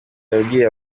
yabwiye